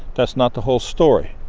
that's not the whole story.